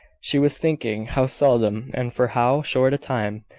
she was thinking how seldom, and for how short a time,